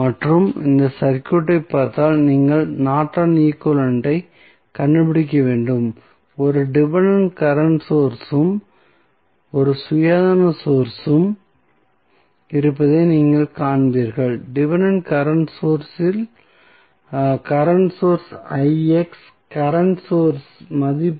மற்றும் இந்த சர்க்யூட்டை பார்த்தால் நீங்கள் நார்டன் ஈக்வலன்ட் ஐக் Nortons equivalent கண்டுபிடிக்க வேண்டும் ஒரு டிபென்டென்ட் கரண்ட் சோர்ஸ் உம் ஒரு சுயாதீன வோல்டேஜ் சோர்ஸ் உம் இருப்பதை நீங்கள் காண்பீர்கள் டிபென்டென்ட் கரண்ட் சோர்ஸ் இல் கரண்ட் சோர்ஸ் கரண்ட் சோர்ஸ்களின் மதிப்பு